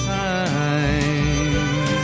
time